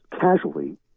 casually